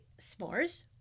s'mores